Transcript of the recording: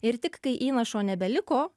ir tik kai įnašo nebeliko